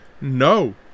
No